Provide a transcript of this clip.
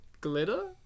glitter